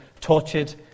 tortured